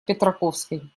петраковской